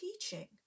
teaching